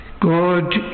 God